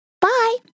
Bye